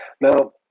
Now